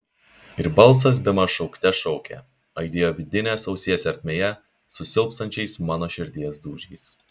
ir balsas bemaž šaukte šaukė aidėjo vidinės ausies ertmėje su silpstančiais mano širdies dūžiais